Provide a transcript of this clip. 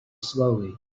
slowly